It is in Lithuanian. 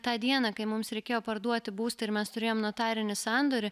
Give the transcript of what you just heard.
tą dieną kai mums reikėjo parduoti būstą ir mes turėjom notarinį sandorį